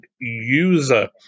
user